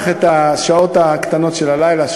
אני לא אשכח את השעות הקטנות של הלילה,